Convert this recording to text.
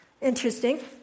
interesting